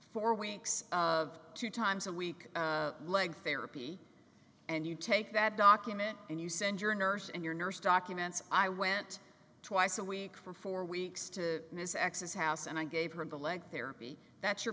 four weeks of two times a week leg therapy and you take that document and you send your nurse and your nurse documents i went twice a week for four weeks to ms x s house and i gave her the leg therapy that's your